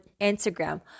Instagram